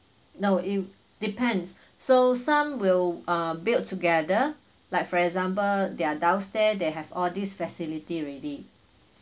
no it depends so some will uh build together like for example their downstair they have all these facility ready